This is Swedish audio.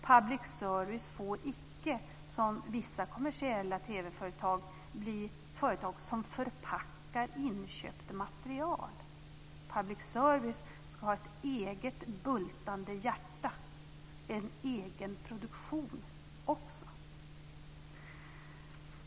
Public service får icke, som vissa kommersiella TV-företag, bli företag som förpackar inköpt material. Public service ska också ha ett eget bultande hjärta - en egen produktion.